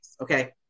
Okay